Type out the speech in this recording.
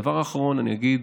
הדבר האחרון שאני אגיד,